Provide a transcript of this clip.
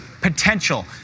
potential